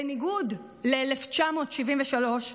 בניגוד ל-1973,